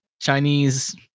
Chinese